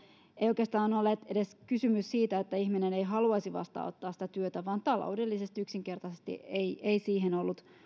ei oikeastaan ole edes kysymys siitä että ihminen ei haluaisi vastaanottaa sitä työtä vaan taloudellisesti yksinkertaisesti ei ei siihen ollut